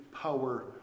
power